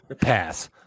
Pass